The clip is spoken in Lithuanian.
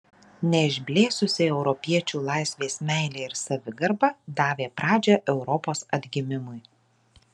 neišblėsusi europiečių laisvės meilė ir savigarba davė pradžią europos atgimimui